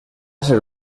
ser